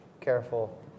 careful